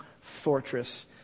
fortress